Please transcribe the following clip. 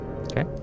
Okay